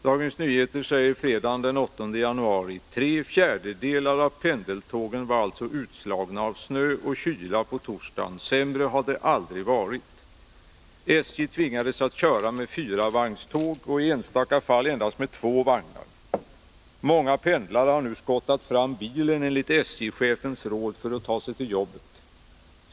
Dagens Nyheter skriver fredagen den 8 januari: ”Tre fjärdedelar av pendeltågen var alltså utslagna av snö och kyla på torsdagen. Sämre har det aldrig tidigare varit. SJ tvingades att köra med fyravagnarståg och i enstaka fall endast med två vagnar.” I samma tidning kunde man också läsa: ”Många pendlare har nu skottat fram bilen, enligt SJ-chefens råd, för att ta sig i tid till jobbet.